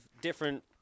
different